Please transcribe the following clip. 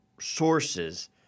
sources